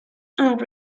and